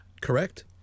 Correct